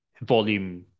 volume